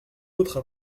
autre